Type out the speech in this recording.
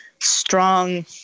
strong